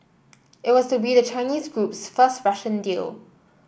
it was to be the Chinese group's first Russian deal